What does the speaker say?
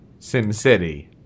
SimCity